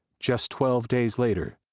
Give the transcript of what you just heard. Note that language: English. just twelve days later,